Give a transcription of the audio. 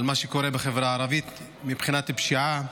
מה שקורה בחברה הערבית מבחינת הפשיעה,